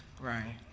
Right